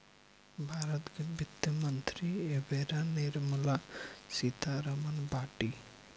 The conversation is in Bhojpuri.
भारत के वित्त मंत्री एबेरा निर्मला सीता रमण बाटी